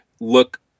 look